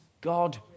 God